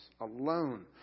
alone